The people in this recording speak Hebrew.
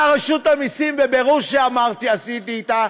באה רשות המסים ואמרה, בבירור שעשיתי אתה: